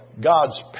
God's